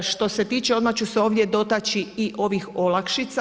Što se tiče, odmah ću se ovdje dotaći ovih olakšica.